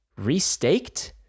restaked